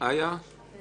אם